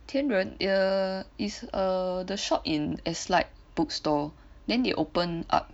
天仁 err is err the shop in Eslite bookstore then they open up